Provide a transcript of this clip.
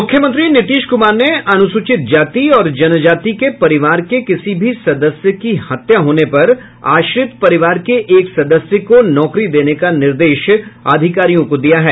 मुख्यमंत्री नीतीश कुमार ने अनुसूचित जाति और जनजाति के परिवार के किसी भी सदस्य की हत्या होने पर आश्रित परिवार के एक सदस्य को नौकरी देने का निर्देश अधिकारियों को दिया है